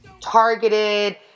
targeted